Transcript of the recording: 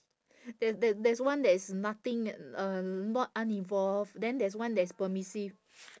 there there there's one that is nothing uh not uninvolved then there's one that is permissive